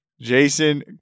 Jason